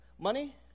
Money